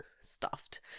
stuffed